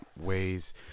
ways